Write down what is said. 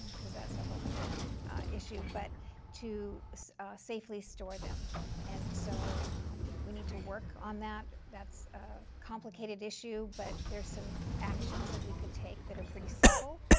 because that's a whole and other issue. but to safely store them and so we need to work on that. that's complicated issue. but there's some actions that we could take that are pretty simple.